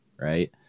Right